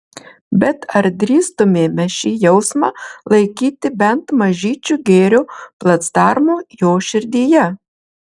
bet ar drįstumėme šį jausmą laikyti bent mažyčiu gėrio placdarmu jo širdyje